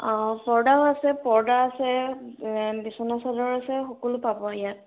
অ' পৰ্দাও আছে পৰ্দা আছে বিচনা চাদৰ আছে সকলো পাব ইয়াত